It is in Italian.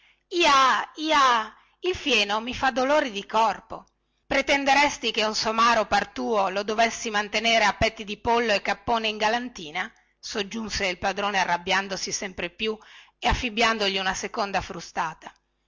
j a j a il fieno mi fa dolere il corpo pretenderesti dunque che un somaro par tuo lo dovessi mantenere a petti di pollo e cappone in galantina soggiunse il padrone arrabbiandosi sempre più e affibbiandogli una seconda frustata